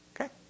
okay